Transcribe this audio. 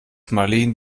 marleen